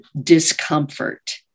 discomfort